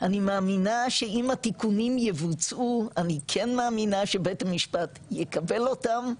אני מאמינה שאם התיקונים יבוצעו אני כן מאמינה שבית המשפט יקבל אותם,